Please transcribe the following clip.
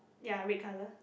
ya red colour